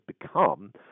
become